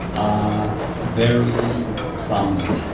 are very clumsy.